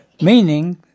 meaning